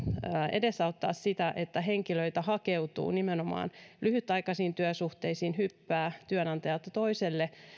edesauttaa sitä että henkilöitä hakeutuu nimenomaan lyhytaikaisiin työsuhteisiin hyppää työnantajalta toiselle